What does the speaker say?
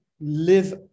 live